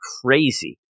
crazy